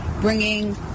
bringing